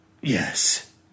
Yes